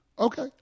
Okay